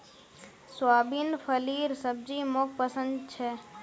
soybean फलीर सब्जी मोक पसंद छे